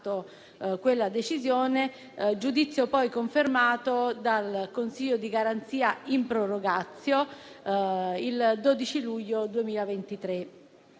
Grazie